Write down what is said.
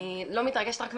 אני לא מתרגשת רק מהמעמד,